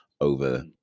over